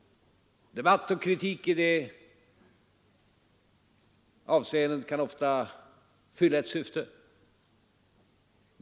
Debatt och kritik kan i det avseendet ofta fylla ett syfte.